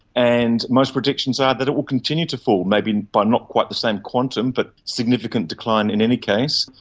and most predictions are that it will continue to fall, maybe by not quite the same quantum but significant decline in any case.